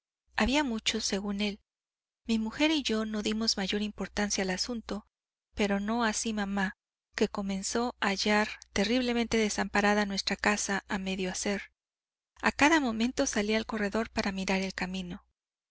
había muchos según él mi mujer y yo no dimos mayor importancia al asunto pero no así mamá que comenzó a hallar terriblemente desamparada nuestra casa a medio hacer a cada momento salía al corredor para mirar el camino